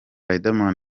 riderman